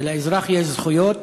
ולאזרח יש זכויות.